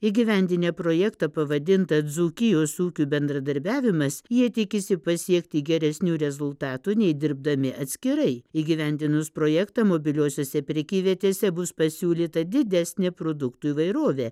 įgyvendinę projektą pavadintą dzūkijos ūkių bendradarbiavimas jie tikisi pasiekti geresnių rezultatų nei dirbdami atskirai įgyvendinus projektą mobiliosiose prekyvietėse bus pasiūlyta didesnė produktų įvairovė